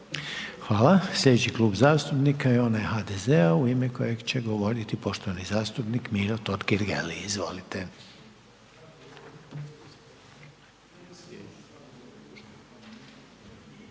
Hvala. Sljedeći Klub zastupnika je onaj HDZ-a u ime kojeg će govoriti poštovani zastupnik Miro Totgergeli, izvolite.